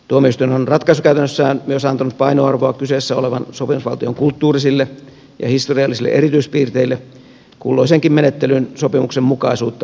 tuomioistuin on ratkaisukäytännössään myös antanut painoarvoa kyseessä olevan sopimusvaltion kulttuurisille ja historiallisille erityispiirteille kulloisenkin menettelyn sopimuksenmukaisuutta arvioidessaan